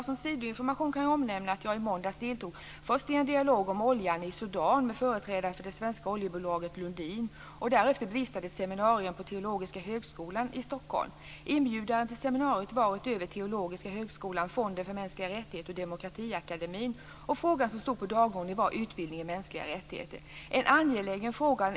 Som sidoinformation kan jag omnämna att jag i måndags deltog först i en dialog om oljan i Sudan med företrädare för det svenska oljebolaget Lundin och därefter bevistade ett seminarium på Teologiska Högskolan i Stockholm. Inbjudare till seminariet var för övrigt Teologiska Högskolan, Fonden för mänskliga rättigheter och Demokratiakademin. Frågan som stod på dagordningen var utbildning i mänskliga rättigheter. Det är en angelägen fråga.